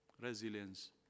resilience